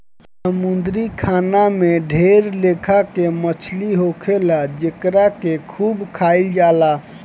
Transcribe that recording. समुंद्री खाना में ढेर लेखा के मछली होखेले जेकरा के खूब खाइल जाला